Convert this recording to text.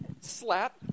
Slap